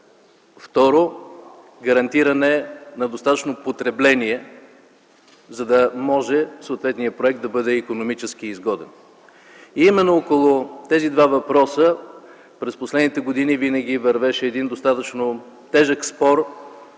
Второ, гарантиране на достатъчно потребление, за да може съответният проект да бъде икономически изгоден. Именно около тези два въпроса през последните години винаги вървеше един достатъчно тежък